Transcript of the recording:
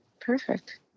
Perfect